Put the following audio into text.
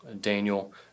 Daniel